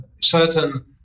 certain